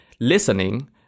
listening